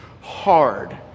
hard